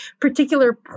particular